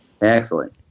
Excellent